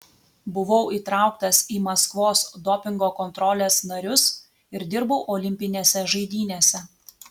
buvau įtrauktas į maskvos dopingo kontrolės narius ir dirbau olimpinėse žaidynėse